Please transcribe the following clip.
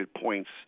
points